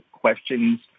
questions